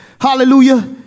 Hallelujah